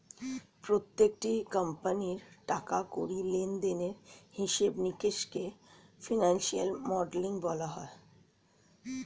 প্রত্যেকটি কোম্পানির টাকা কড়ি লেনদেনের হিসাব নিকাশকে ফিনান্সিয়াল মডেলিং বলা হয়